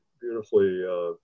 beautifully